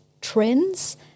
trends –